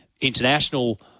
international